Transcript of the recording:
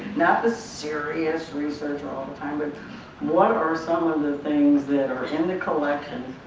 not the serious research all the time, but what are some of the things that are in the collections